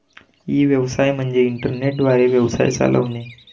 E व्यवसाय म्हणजे internet द्वारे व्यवसाय चालवणे